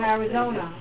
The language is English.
Arizona